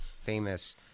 famous